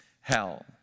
hell